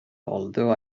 although